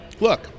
look